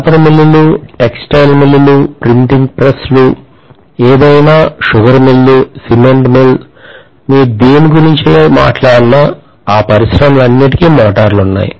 paper మిల్లులు textile మిల్లులు printing ప్రెస్లు ఏదైనా షుగర్ మిల్లు సిమెంట్ మిల్లు మీరు దేని గురించి మాట్లాడినా ఆ పరిశ్రమలన్నింటికీ మోటార్లు ఉన్నాయి